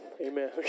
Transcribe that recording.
Amen